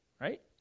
right